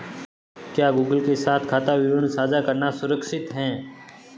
क्या गूगल के साथ खाता विवरण साझा करना सुरक्षित है?